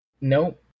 Nope